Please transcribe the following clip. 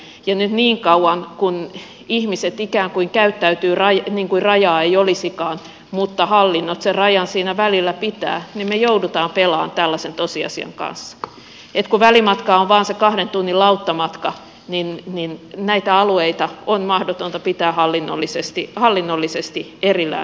ja nyt niin kauan kun ihmiset ikään kuin käyttäytyvät niin kuin rajaa ei olisikaan mutta hallinnot sen rajan siinä välillä pitävät me joudumme pelaamaan tällaisen tosiasian kanssa että kun välimatka on vain se kahden tunnin lauttamatka niin näitä alueita on mahdotonta pitää hallinnollisesti erillään jatkossa